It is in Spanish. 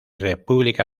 república